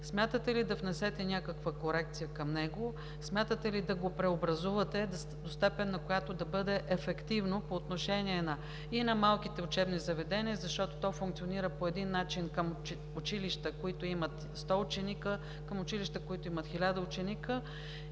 Смятате ли да внесете някаква корекция към него? Смятате ли да го преобразувате до степен, на която да бъде ефективно по отношение и на малките учебни заведения, защото то функционира по един начин към училища, които имат 100 ученици, към училища, които имат 1000 ученици,